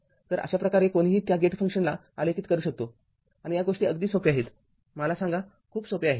तर अशाप्रकारे कोणीही त्या गेट फंक्शनला आलेखित करू शकतो आणि या गोष्टी अगदी सोप्या आहेत मला सांगा खूप सोप्या आहेत